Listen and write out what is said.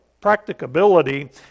practicability